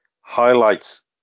highlights